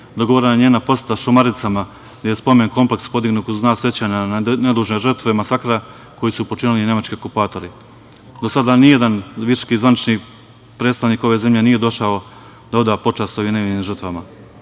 dogovorena je njena poseta Šumaricama, gde je spomen kompleks podignut u znak sećanja na nedužne žrtve masakra koji su počinili nemački okupatori. Do sada ni jedan visoki zvaničnik, predstavnik ove zemlje nije došao da oda počast ovim nevinim žrtvama.